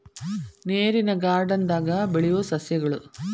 ನೇರಿನ ಗಾರ್ಡನ್ ದಾಗ ಬೆಳಿಯು ಸಸ್ಯಗಳು